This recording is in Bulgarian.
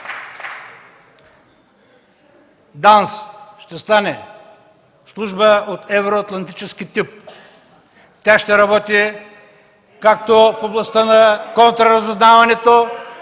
ще стане служба от евроатлантически тип. Тя ще работи както в областта на контраразузнаването,